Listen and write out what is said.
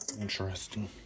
interesting